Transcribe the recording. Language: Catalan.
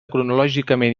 cronològicament